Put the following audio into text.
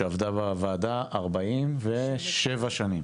שעברה בוועדה 47 שנים.